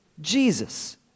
Jesus